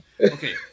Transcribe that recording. Okay